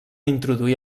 introduir